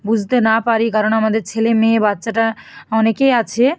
বুঝতে না পারি কারণ আমাদের ছেলে মেয়ে বাচ্চাটা অনেকেই আছে